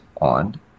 on